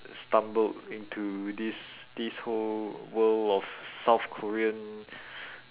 stumbled into this this whole world of south korean